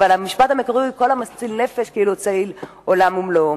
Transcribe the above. המשפט המקורי הוא: כל המציל נפש כאילו הציל עולם ומלואו.